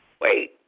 wait